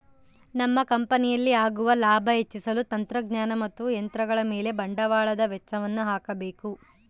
ನಮ್ಮ ಕಂಪನಿಯಲ್ಲಿ ಆಗುವ ಲಾಭ ಹೆಚ್ಚಿಸಲು ತಂತ್ರಜ್ಞಾನ ಮತ್ತು ಯಂತ್ರಗಳ ಮೇಲೆ ಬಂಡವಾಳದ ವೆಚ್ಚಯನ್ನು ಹಾಕಬೇಕು